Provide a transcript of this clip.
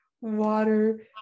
water